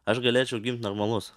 aš galėčiau gimt normalus